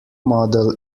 model